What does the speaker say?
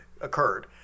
occurred